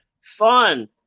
fun